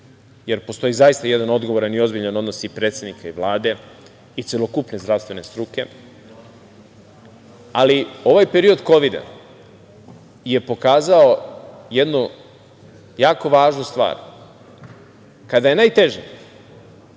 jer postoji jedan zaista odgovoran i ozbiljan odnos i predsednika i Vlade i celokupne zdravstvene struke. Ali, ovaj period kovida je pokazao jednu jako važnu stvar. Kada je najteže,